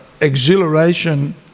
exhilaration